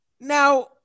Now